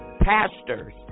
pastors